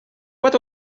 what